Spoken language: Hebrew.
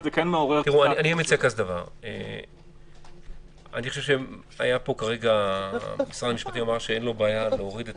אני חושב שמשרד המשפטים אמר שאין לו בעיה להוריד את